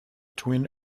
twin